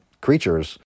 creatures